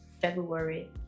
February